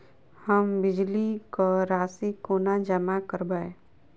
हम बिजली कऽ राशि कोना जमा करबै?